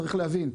צריך להבין,